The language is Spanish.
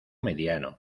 mediano